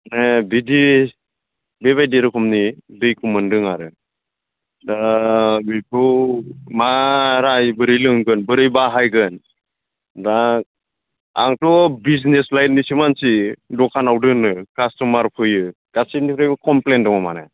बिदि बिबायदि रखमनि दैखौ मोनदों आरो दा बेखौ मा राहायै बोरै लोंगोन बोरै बाहायगोन दा आंथ' बिजनेस लाइननिसो मानसि दखानाव दोनो कास्ट'मार फैयो गासिबनिफ्रायबो क'मफ्लेन दङ माने